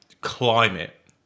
climate